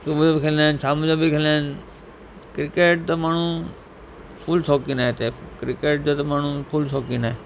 सुबुह जो बि खेॾंदा आहिनि शाम जो बि खेॾंदा आहिनि क्रिकेट त माण्हू फुल शौक़ीन आहे हिते क्रिकेट जा त माण्हू फुल शौक़ीन आहे